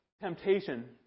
temptation